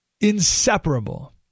inseparable